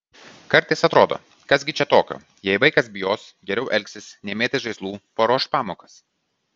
kartais atrodo kas gi čia tokio jei vaikas bijos geriau elgsis nemėtys žaislų paruoš pamokas